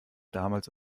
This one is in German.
damals